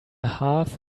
half